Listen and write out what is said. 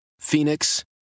Phoenix